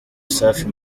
safi